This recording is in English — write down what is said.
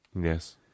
Yes